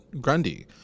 Grundy